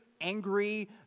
Angry